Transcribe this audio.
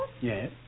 Yes